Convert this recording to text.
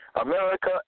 America